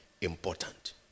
important